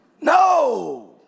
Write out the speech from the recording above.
No